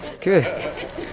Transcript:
good